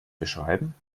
beschreiben